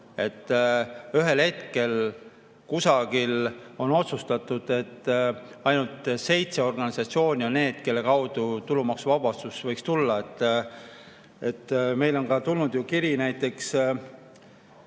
kui ühel hetkel on kusagil otsustatud, et ainult seitse organisatsiooni on need, kelle kaudu tulumaksuvabastus võiks tulla. Meile on tulnud kiri näiteks